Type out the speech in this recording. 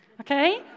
Okay